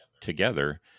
together